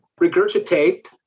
regurgitate